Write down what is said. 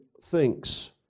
thinks